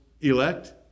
elect